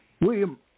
William